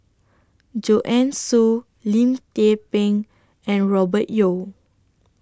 Joanne Soo Lim Tze Peng and Robert Yeo